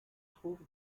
trouve